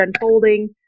unfolding